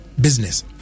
business